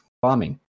farming